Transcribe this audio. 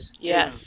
Yes